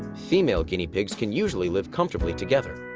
female guinea pigs can usually live comfortably together.